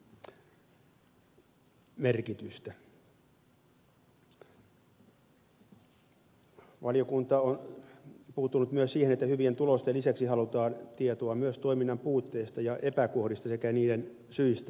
valiokunta on puuttunut myös siihen että hyvien tulosten lisäksi halutaan tietoa myös toiminnan puutteesta ja epäkohdista sekä niiden syistä